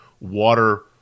Water